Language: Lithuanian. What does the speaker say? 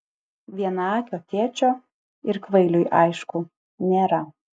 vienaakio tėčio ir kvailiui aišku nėra